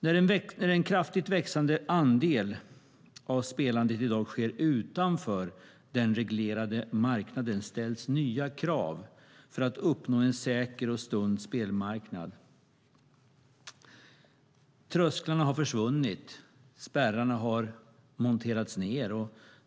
När en kraftigt växande andel av spelandet i dag sker utanför den reglerade marknaden ställs nya krav för att uppnå en säker och sund spelmarknad.Trösklarna har försvunnit, och spärrarna har monterats ned.